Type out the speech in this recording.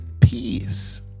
peace